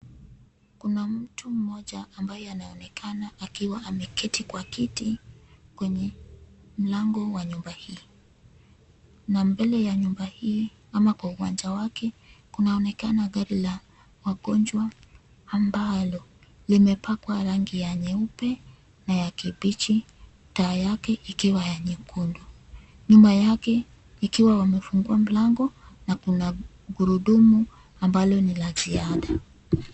Kuna mtu mmoja ambaye anaonekana akiwa ameketi kwa kiti kwenye mlango wa nyumba hii, na mbele ya nyumba hii ama uwanja wake, kunaonekana gari la wagonjwa ambalo limepakwa rangi ya nyeupe na ya kibichi, taa yake ikiwa ya nyekundu. Nyuma yake ikiwa wamefungua mlango na kuna gurudumu ambalo ni la ziada.